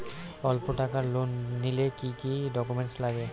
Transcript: অল্প টাকার লোন নিলে কি কি ডকুমেন্ট লাগে?